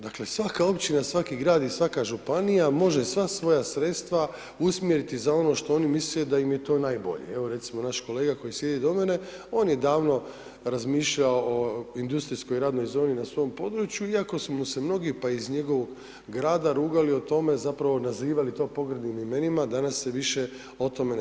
Dakle, svaka općina i svaki grad i svaka županija može sva svoja sredstva usmjeriti za ono što oni misle da im je to najbolje, evo ovaj naš kolega koji sjedi do mene, on je davno razmišljao o industrijskoj radnoj zoni na svom području iako su mu se mnogi pa iz njegovog grada rugali o tome, zapravo nazivali to pogrebnim imenima, danas se više o tome ne